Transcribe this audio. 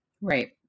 Right